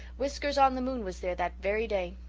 whiskers-on-the-moon was there that very day.